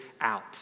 out